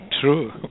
true